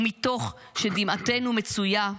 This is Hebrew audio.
ומתוך שדמעתנו מצויה,